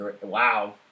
Wow